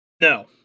No